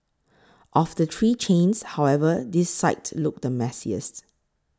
of the three chains however this site looked the messiest